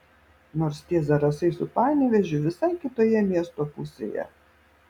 nors tie zarasai su panevėžiu visai kitoje miesto pusėje